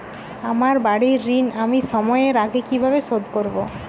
আমার বাড়ীর ঋণ আমি সময়ের আগেই কিভাবে শোধ করবো?